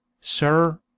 sir